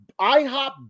IHOP